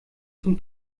zum